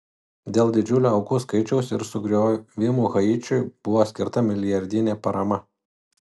dėl didžiulio aukų skaičiaus ir sugriovimų haičiui buvo skirta milijardinė parama